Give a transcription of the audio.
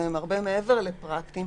כי הם הרבה מעבר לרק פרקטיים.